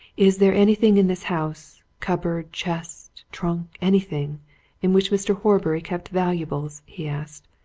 is there anything in this house cupboard, chest, trunk, anything in which mr. horbury kept valuables? he asked.